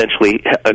essentially